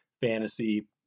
fantasy